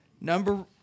Number